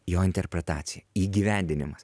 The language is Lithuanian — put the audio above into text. jo interpretacija įgyvendinimas